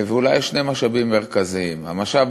ואולי יש שני משאבים מרכזיים: המשאב